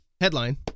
headline